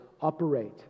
operate